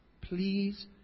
Please